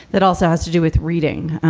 that also has to do with reading.